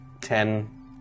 ten